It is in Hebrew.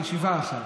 לישיבה אחת.